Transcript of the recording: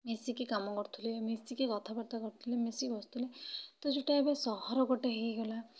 ମିଶିକି କାମ କରୁଥିଲେ ମିଶିକି କଥାବାର୍ତ୍ତା କରୁଥିଲେ ମିଶିକି ବସୁଥିଲେ ତ ସେଇଟା ଏବେ ସହର ଗୋଟେ ହେଇଗଲା